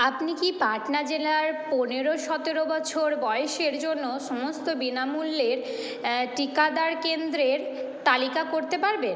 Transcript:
আপনি কি পাটনা জেলার পনেরো সতেরো বছর বয়সের জন্য সমস্ত বিনামূল্যের টিকাদান কেন্দ্রের তালিকা করতে পারবে